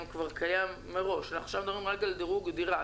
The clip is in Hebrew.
קיים מראש ועכשיו אנחנו מדברים על דירוג דירה.